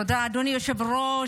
תודה, אדוני היושב-ראש.